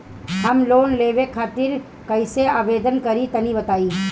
हम लोन लेवे खातिर कइसे आवेदन करी तनि बताईं?